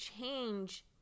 change